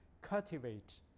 cultivate